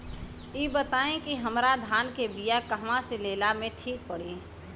इ बताईं की हमरा धान के बिया कहवा से लेला मे ठीक पड़ी?